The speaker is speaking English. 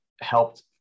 helped